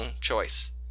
choice